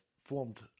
formed